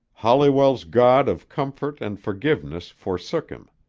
holliwell's god of comfort and forgiveness forsook him.